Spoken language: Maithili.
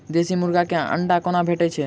देसी मुर्गी केँ अंडा कोना भेटय छै?